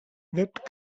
whipped